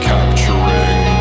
Capturing